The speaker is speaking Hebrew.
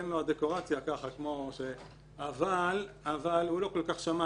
אין לו את הדקורציה אבל הוא לא כל כך שמע